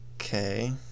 okay